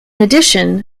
addition